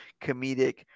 comedic